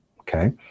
okay